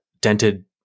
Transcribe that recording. dented